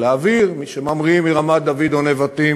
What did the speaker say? האוויר שממריאים מרמת-דוד או נבטים,